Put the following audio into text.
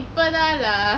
இப்போ தான்:ippo thaan lah